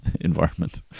environment